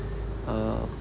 uh